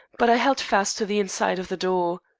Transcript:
but i held fast to the inside of the door.